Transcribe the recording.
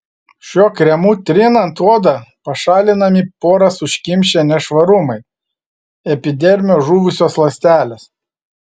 šiuo kremu trinant odą pašalinami poras užkimšę nešvarumai epidermio žuvusios ląstelės